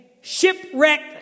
shipwrecked